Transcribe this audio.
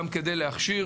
גם כדי להכשיר